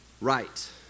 right